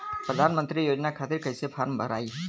प्रधानमंत्री योजना खातिर कैसे फार्म भराई?